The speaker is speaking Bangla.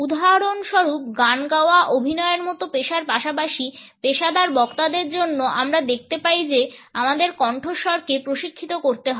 উদাহরণস্বরূপ গান গাওয়া অভিনয়ের মতো পেশার পাশাপাশি পেশাদার বক্তাদের জন্য আমরা দেখতে পাই যে আমাদের কণ্ঠস্বরকে প্রশিক্ষিত করতে হয়